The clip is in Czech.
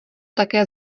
také